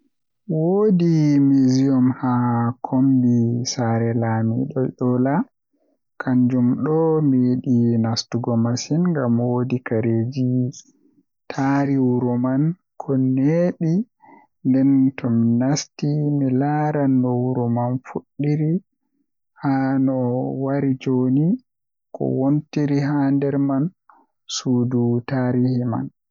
Woodi miseum haa kombi haa kombi saare lamido yola kanjum do mi yidi nastugo masin ngam woodi kareeji tari wuro man ko neebi nden tomi nasti mi laaran no wuro man fuddiri haa no wari jooni ko wontiri haa nder man suudu tarihi man.